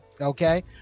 okay